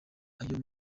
ayo